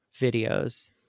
videos